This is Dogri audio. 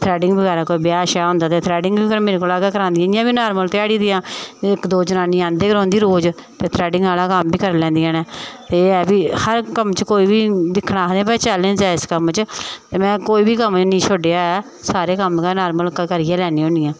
थ्रैडिंग बगैरा कोई ब्याह् श्याह् होंदा ते थ्रैडिंग बी मेरे कोला करांदियां इयां बी नार्मल ध्याड़ी दियां इक दो जनानी आंदी गै रौंह्दी रोज ते थ्रैडिंग आह्ला कम्म बी करी लैंदियां न ते एह् ऐ भई हर इक कम्म च कोई बी दिक्खना आखदे चैलेंज ऐ इस कम्म च ते में कोई बी कम्म निं छड्डेआ ऐ सारे कम्म गै नार्मल करी गै लैन्नी होन्नी आं